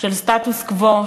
של סטטוס-קוו,